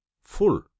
full